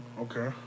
Okay